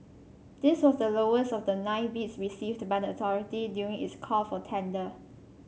this was the lowest of the nine bids received by the authority during its call for tender